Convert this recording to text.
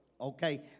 Okay